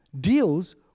deals